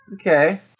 okay